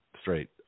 straight